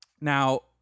Now